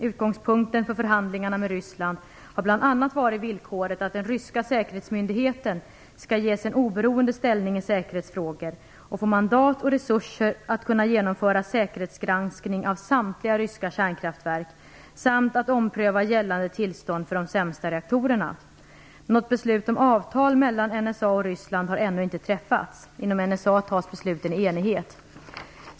Utgångspunkten för förhandlingarna med Ryssland har bl.a. varit villkoret att den ryska säkerhetsmyndigheten skall ges en oberoende ställning i säkerhetsfrågor och få mandat och resurser för att kunna genomföra säkerhetsgranskning av samtliga ryska kärnkraftverk samt att ompröva gällande tillstånd för de sämsta reaktorerna. Något beslut om avtal mellan NSA och Ryssland har ännu inte träffats. Inom NSA tas besluten i enighet.